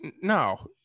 no